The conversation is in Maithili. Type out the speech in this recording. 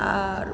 आओर